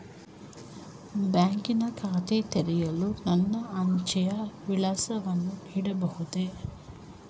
ಬ್ಯಾಂಕಿನ ಖಾತೆ ತೆರೆಯಲು ನನ್ನ ಅಂಚೆಯ ವಿಳಾಸವನ್ನು ನೀಡಬಹುದೇ?